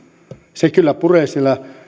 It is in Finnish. se kyllä puree siellä